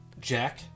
Jack